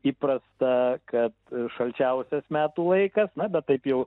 įprasta kad šalčiausias metų laikas na bet taip jau